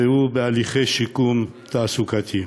והוא בהליכי שיקום תעסוקתיים.